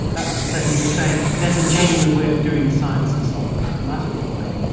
that is to say he was saying there is a genuine way of doing science, it's not the mathematical way.